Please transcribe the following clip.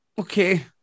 Okay